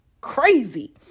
crazy